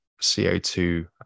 co2